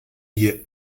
hier